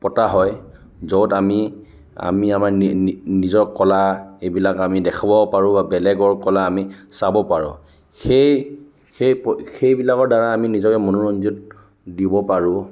পতা হয় য'ত আমি আমি আমাৰ নিজৰ কলা এইবিলাক আমি দেখাব পাৰোঁ বেলেগৰ কলা আমি চাব পাৰোঁ সেই সেইবিলাকৰ দ্বাৰা আমি নিজকে মনোৰঞ্জন দিব পাৰোঁ